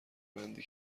بندی